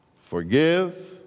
forgive